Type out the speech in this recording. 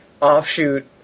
offshoot